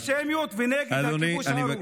נגד אנטישמיות ונגד הכיבוש הארור.